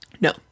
No